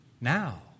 now